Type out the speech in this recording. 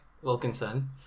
wilkinson